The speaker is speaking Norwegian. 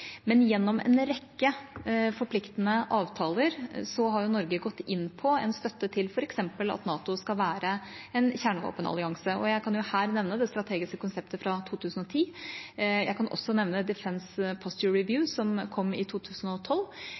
Men gjennom en rekke forpliktende avtaler har Norge gått inn på en støtte til f.eks. at NATO skal være en kjernevåpenallianse. Jeg kan her nevne det strategiske konseptet fra 2010. Jeg kan også nevne Defence Posture Review, som kom i 2012.